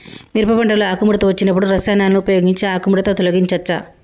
మిరప పంటలో ఆకుముడత వచ్చినప్పుడు రసాయనాలను ఉపయోగించి ఆకుముడత తొలగించచ్చా?